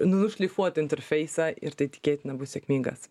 nušlifuoti interfeisą ir tai tikėtina bus sėkmingas